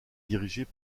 dirigée